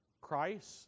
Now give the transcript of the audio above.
Christ